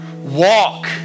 Walk